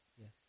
Yes